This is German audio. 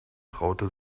traute